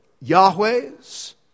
Yahweh's